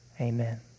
Amen